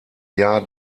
jahr